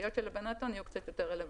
הסוגיות של הלבנת הון יהיו קצת יותר רלוונטיות.